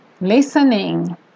listening